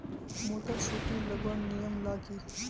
Motor सुटी लगवार नियम ला की?